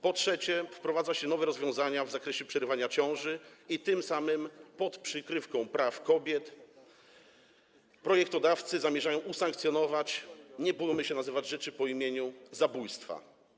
Po trzecie, wprowadza się nowe rozwiązania w zakresie przerywania ciąży i tym samym pod przykrywką praw kobiet projektodawcy zamierzają usankcjonować - nie bójmy się nazywać rzeczy po imieniu - zabójstwo.